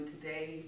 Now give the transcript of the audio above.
today